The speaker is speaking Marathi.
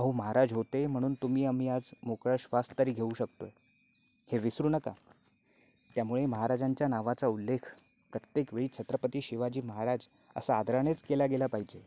अहो महाराज होते म्हणून तुम्ही आम्ही आज मोकळा श्वास तरी घेऊ शकतोय हे विसरू नका त्यामुळे महाराजांच्या नावाचा उल्लेख प्रत्येक वेळी छत्रपती शिवाजी महाराज असा आदरानेच केला गेला पाहिजे